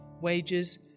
wages